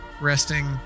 resting